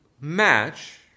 match